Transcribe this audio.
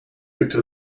picked